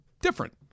Different